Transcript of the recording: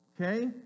Okay